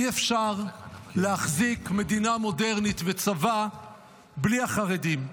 אי-אפשר להחזיק מדינה מודרנית וצבא בלי החרדים.